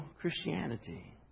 Christianity